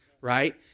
right